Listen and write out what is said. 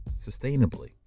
sustainably